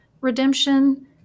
redemption